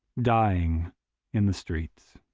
dying in the streets.